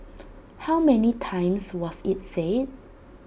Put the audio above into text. how many times was IT said